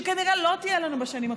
שכנראה לא תהיה לנו בשנים הקרובות,